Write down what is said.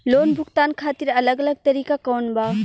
Loan भुगतान खातिर अलग अलग तरीका कौन बा?